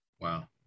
Wow